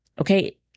Okay